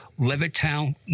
Levittown